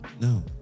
no